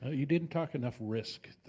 ah you didn't talk enough risk